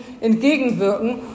entgegenwirken